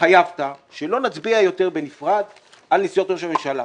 התחייבת שלא נצביע יותר בנפרד על נסיעות ראש הממשלה,